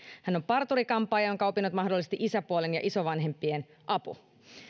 hän on parturi kampaaja jonka opinnot mahdollisti isäpuolen ja isovanhempien apu